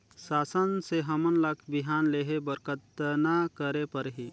शासन से हमन ला बिहान लेहे बर कतना करे परही?